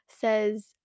says